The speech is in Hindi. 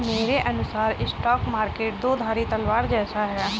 मेरे अनुसार स्टॉक मार्केट दो धारी तलवार जैसा है